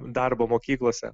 darbo mokyklose